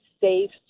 safe